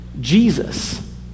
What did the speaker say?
Jesus